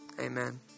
amen